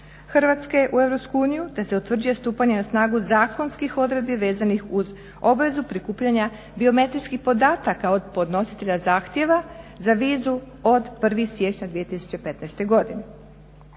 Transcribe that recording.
Hrvatske u EU te se utvrđuje stupanje na snagu zakonskih odredbi vezanih uz obvezu prikupljanja biometrijskih podataka od podnositelja zahtjeva za vizu od 1. siječnja 2015. godine.